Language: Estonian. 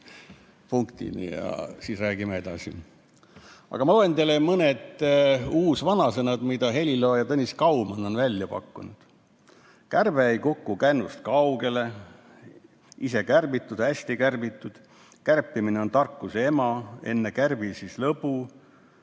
ja siis räägime edasi. Aga ma loen teile ette mõned uusvanasõnad, mis helilooja Tõnis Kaumann on välja pakkunud. Kärbe ei kuku kännust kaugele. Ise kärbitud, hästi kärbitud. Kärpimine on tarkuse ema. Enne kärbi, siis lõbu.